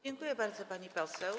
Dziękuję bardzo, pani poseł.